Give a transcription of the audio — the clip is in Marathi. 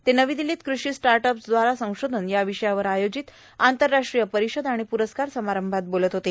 ते नवी दिल्लीत कृषि स्टाट अप्स दवारा संशोधन यावर आयोजित आंतरराष्ट्रीय र्पारषद आर्गण प्रस्कार समारंभात बोलत होते